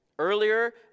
Earlier